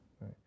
right